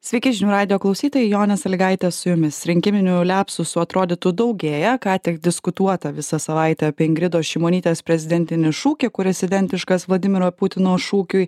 sveiki žinių radijo klausytojai jonė saligaitė su jumis rinkiminių liapsusų atrodytų daugėja ką tik diskutuota visą savaitę apie ingridos šimonytės prezidentinį šūkį kuris identiškas vladimiro putino šūkiui